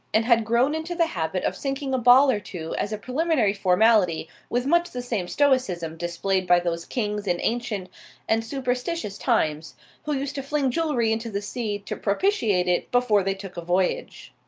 and had grown into the habit of sinking a ball or two as a preliminary formality with much the same stoicism displayed by those kings in ancient and superstitious times who used to fling jewellery into the sea to propitiate it before they took a voyage.